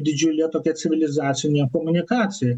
didžiulė tokia civilizacinė komunikacija